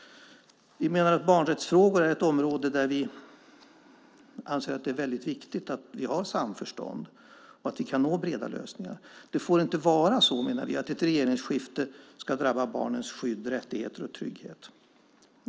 Barnrättsfrågor är ett område där vi anser att det är väldigt viktigt att vi har samförstånd och att vi kan nå breda lösningar. Det får inte vara så, menar vi, att ett regeringsskifte ska drabba barnens skydd, rättigheter och trygghet.